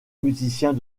musiciens